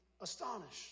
astonished